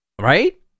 Right